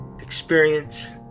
experience